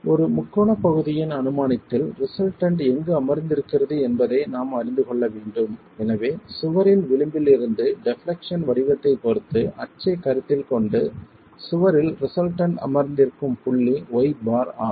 ஒரு முக்கோணப் பகுதியின் அனுமானத்தில் ரிசல்டன்ட் எங்கு அமர்ந்திருக்கிறது என்பதை நாம் அறிந்து கொள்ள வேண்டும் எனவே சுவரின் விளிம்பிலிருந்து டெப்லெக்சன் வடிவத்தைப் பொறுத்து அச்சைக் கருத்தில் கொண்டு சுவரில் ரிசல்டன்ட் அமர்ந்திருக்கும் புள்ளி ஆகும்